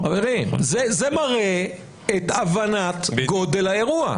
חברים, זה מראה את הבנת גודל האירוע.